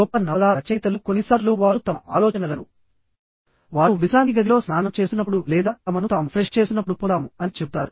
గొప్ప నవలా రచయితలు కొన్నిసార్లు వారు తమ ఆలోచనలను వారు విశ్రాంతి గదిలో స్నానం చేస్తున్నపుడు లేదా తమను తాము ఫ్రెష్ చేస్తున్నపుడు పొందాము అని చెపుతారు